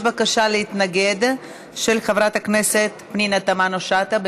יש בקשה להתנגד של חברת הכנסת פנינה תמנו-שטה.